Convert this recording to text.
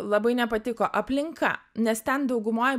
labai nepatiko aplinka nes ten daugumoj